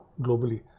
globally